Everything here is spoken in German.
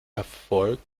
erfolg